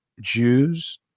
Jews